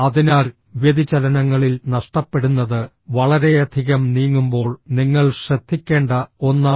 അതിനാൽ വ്യതിചലനങ്ങളിൽ നഷ്ടപ്പെടുന്നത് വളരെയധികം നീങ്ങുമ്പോൾ നിങ്ങൾ ശ്രദ്ധിക്കേണ്ട ഒന്നാണ്